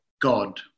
God